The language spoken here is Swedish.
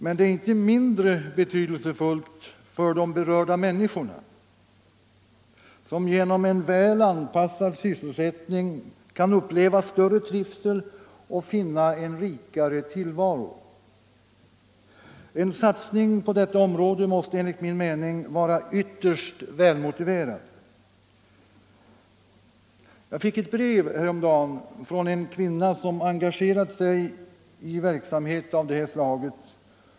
Men det är inte mindre betydelsefullt för de berörda människorna, som genom en väl anpassad sysselsättning kan uppleva större trivsel och finna en rikare tillvaro. En satsning på detta område måste enligt min mening vara ytterst välmotiverad. Jag fick ett brev häromdagen från en kvinna som engagerat sig i verksamhet av det slaget.